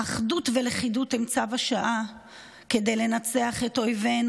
"אחדות ולכידות הן צו השעה כדי לנצח את אויבינו",